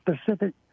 specific